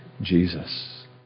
Jesus